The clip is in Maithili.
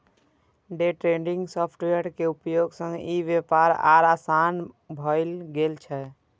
डे ट्रेडिंग सॉफ्टवेयर के उपयोग सं ई व्यापार आर आसान भए गेल छै